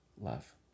love